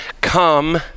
Come